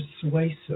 persuasive